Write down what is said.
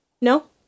No